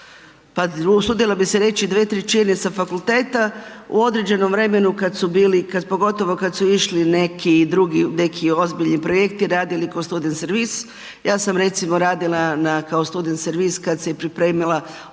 pa usudila bi se reći 2/3 sa fakulteta u određenom vremenu kad su bili, pogotovo kad su išli neki drugi, neki ozbiljni projekti radili ko student servis. Ja sam recimo radila na kao student servis kad se pripremala ova